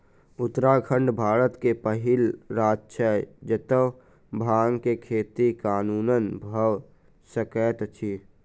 उत्तराखंड भारत के पहिल राज्य छै जतअ भांग के खेती कानूनन भअ सकैत अछि